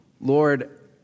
Lord